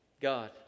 God